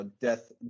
death